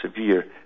severe